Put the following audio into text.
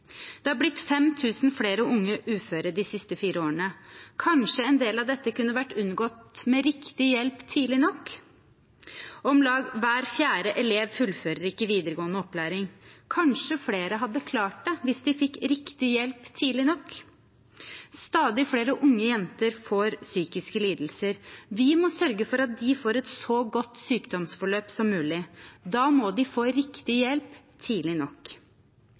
Det har blitt 5 000 flere unge uføre de siste fire årene. Kanskje kunne en del av dette ha vært unngått med riktig hjelp tidlig nok. Om lag hver fjerde elev fullfører ikke videregående opplæring. Kanskje flere hadde klart det hvis de fikk riktig hjelp tidlig nok. Stadig flere unge jenter får psykiske lidelser. Vi må sørge for at de får et så godt sykdomsforløp som mulig. Da må de få riktig hjelp tidlig nok.